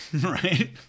right